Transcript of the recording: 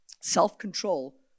self-control